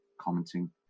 commenting